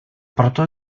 proto